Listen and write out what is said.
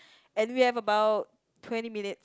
and we have about twenty minutes